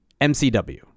MCW